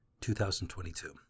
2022